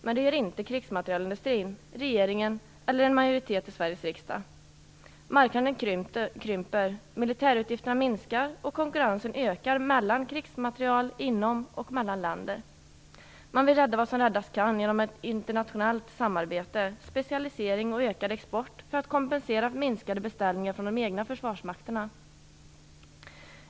Men det gör inte krigsmaterielindustrin, regeringen eller en majoritet i Marknaden krymper. Militärutgifterna minskar och konkurrensen ökar mellan krigsmaterielföretag inom och mellan länder. Man vill rädda vad som räddas kan genom ett internationellt samarbete, specialisering och ökad export för att kompensera minskade beställningar från de egna försvarsmakterna.